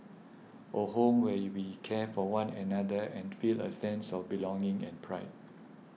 a home where you be care for one another and feel a sense of belonging and pride